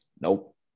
nope